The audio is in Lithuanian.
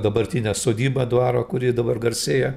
dabartinę sodybą dvaro kuri dabar garsėja